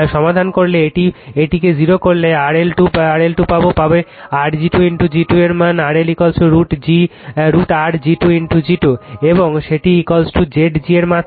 সমাধান করলে এটিকে 0 করলে RL 2 পাবে পাবে R g 2 x g 2 যার মানে RL√R g 2 x g 2 এবং সেটি Zg এর মাত্রা